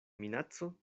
minaco